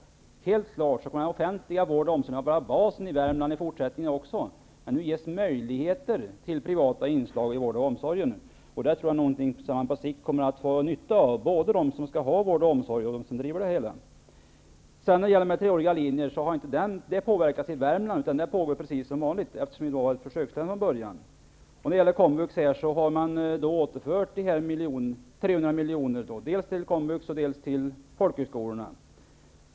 Det är helt klart att den offentliga vården och omsorgen kommer att vara basen också i fortsättningen i Värmland, men det ges nu möjligheter till privata inslag häri, och jag tror att både de som skall ha vård och omsorg och de som bedriver den kommer att ha nytta av detta på sikt. Jag tror inte att utbildningen på de treåriga linjerna har påverkats i Värmland, utan den pågår precis som vanligt. När det gäller komvux vill jag peka på att man har återfört 300 miljoner dels till komvux, dels till folkhögskolorna.